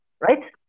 right